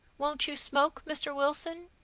won't you smoke, mr. wilson?